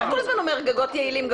אתה כל הזמן אומר: "גגות יעילים".